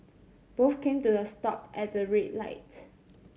both came to the stop at the red light